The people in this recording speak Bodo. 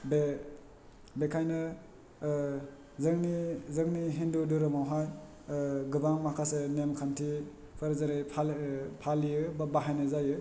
बे बेखायनो ओह जोंनि जोंनि हिन्दु धोरोमावहाय ओह गोबां माखासे नेखान्थिफोर जेरै फालि ओह फालियो बा बाहायनाय जायो